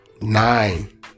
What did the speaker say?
nine